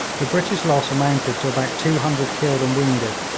the british loss amounted to about two hundred killed and wounded,